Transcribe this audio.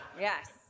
yes